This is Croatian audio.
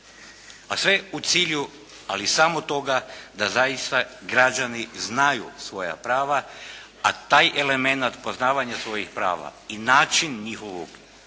A sve u cilju ali samo toga da zaista građani znaju svoja prava, a taj elemenat poznavanja svojih prava i način njihovog